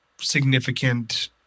significant